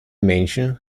menschen